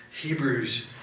Hebrews